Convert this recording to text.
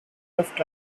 left